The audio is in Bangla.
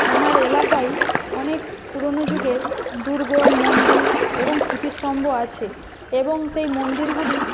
আমার এলাকায় অনেক পুরোনো যুগের দূর্গ মন্দির এবং স্মৃতিস্তম্ভ আছে এবং সেই মন্দিরগুলি